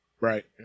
Right